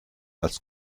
als